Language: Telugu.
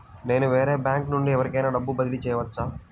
నేను వేరే బ్యాంకు నుండి ఎవరికైనా డబ్బు బదిలీ చేయవచ్చా?